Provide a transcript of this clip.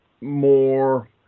more